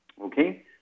Okay